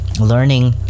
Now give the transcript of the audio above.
learning